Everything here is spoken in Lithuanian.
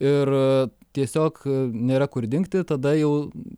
ir tiesiog nėra kur dingti tada jau